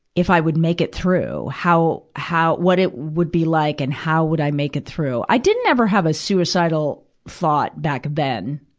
if i would make it through, how, how what it would be like, and how would i make it through. i didn't ever have a suicidal thought back then,